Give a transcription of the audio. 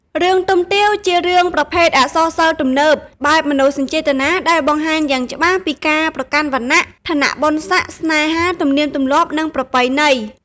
រឿងទំទាវ ជារឿងប្រភេទអក្សរសិល្ប៍ទំនើប បែបមនោសញ្ជេតនា ដែលបង្ហាញយ៉ាងច្បាស់ពីការប្រកាន់វណ្ណះ ឋានះបុណ្យសក្តិ ស្នេហា ទំនៀមទម្លាប់និងប្រពៃណី។